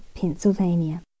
pennsylvania